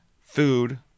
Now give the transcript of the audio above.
food